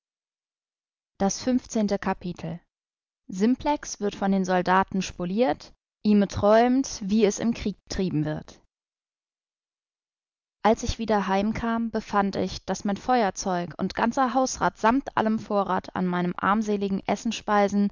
das fünfzehnte kapitel simplex wird von den soldaten spoliert ihme träumt wie es im krieg trieben wird als ich wieder heimkam befand ich daß mein feurzeug und ganzer hausrat samt allem vorrat an meinen armseligen